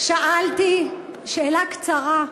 שאלתי שאלה קצרה,